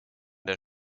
der